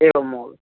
एवं महोदय